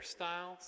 hairstyles